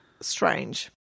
strange